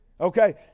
okay